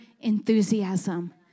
enthusiasm